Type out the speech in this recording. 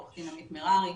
עורכת דין עמית מררי.